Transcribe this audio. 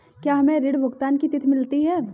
क्या हमें ऋण भुगतान की तिथि मिलती है?